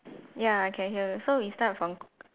ya I can hear so we start from